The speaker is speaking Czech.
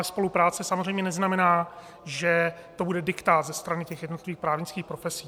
Ale spolupráce samozřejmě neznamená, že to bude diktát ze strany těch jednotlivých právnických profesí.